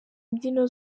imbyino